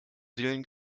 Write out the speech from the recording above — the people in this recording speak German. willen